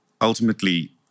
Ultimately